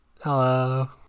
Hello